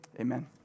Amen